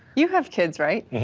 you have kids, right? yeah